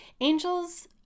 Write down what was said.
Angels